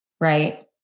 right